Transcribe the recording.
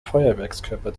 feuerwerkskörper